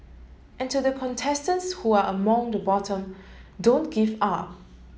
and to the contestants who are among the bottom don't give up